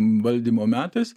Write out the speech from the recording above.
valdymo metais